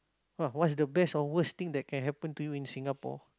!wah! what's the best or worst thing that can happen to you in Singapore